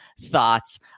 thoughts